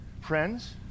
friends